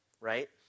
right